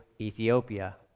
Ethiopia